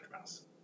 mouse